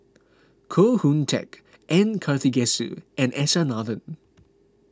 Koh Hoon Teck M Karthigesu and S R Nathan